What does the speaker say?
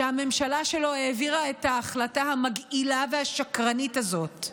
שהממשלה שלו העבירה את ההחלטה המגעילה והשקרנית הזאת: